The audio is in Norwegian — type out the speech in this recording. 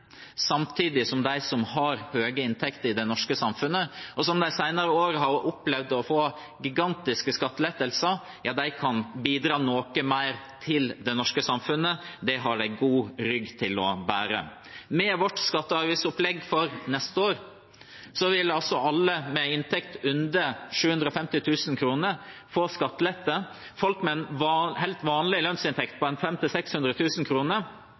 samtidig som de som har høye inntekter i det norske samfunnet, og som de senere årene har opplevd å få gigantiske skattelettelser, kan bidra noe mer til det norske samfunnet. Det har de god rygg til å bære. Med vårt skatte- og avgiftsopplegg for neste år vil alle med inntekt under 750 000 kr få skattelette. Folk med en helt vanlig lønnsinntekt på 500 000–600 000 kr vil få en